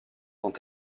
sont